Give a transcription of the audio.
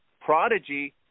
Prodigy